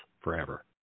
forever